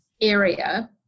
area